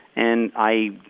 and i,